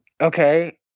Okay